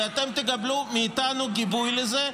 ואתם תקבלו מאיתנו גיבוי לזה,